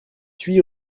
huit